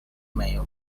may